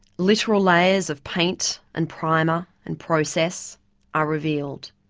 literal layers of paint and primer and process are revealed.